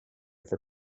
for